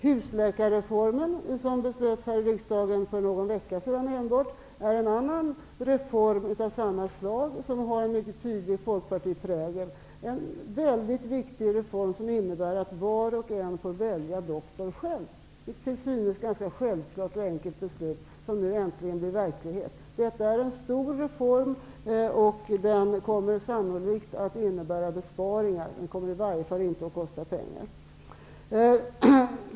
Husläkarreformen, som riksdagen fattade beslut om för någon vecka sedan, är en annan reform av samma slag. Den har en mycket tydlig folkpartiprägel. Det är en väldigt viktig reform, som innebär att var och en får själv välja doktor. Det är ett till synes självklart och enkelt beslut, som nu äntligen blir verklighet. Det är en stor reform, som sannolikt också kommer att innebära besparingar. Den kommer i varje fall inte att kosta pengar.